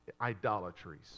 idolatries